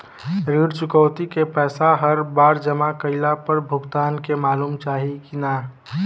ऋण चुकौती के पैसा हर बार जमा कईला पर भुगतान के मालूम चाही की ना?